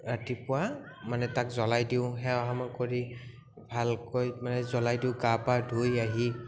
ৰাতিপুৱা মানে তাক জ্বলাই দিওঁ সেৱাসমূহ কৰি ভালকৈ মানে জ্বলাই দিওঁ গা পা ধুই আহি